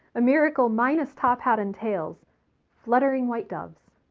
a miracle minus top hat and tails fluttering white doves.